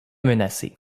menacé